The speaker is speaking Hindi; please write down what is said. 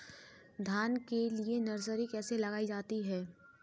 धान के लिए नर्सरी कैसे लगाई जाती है?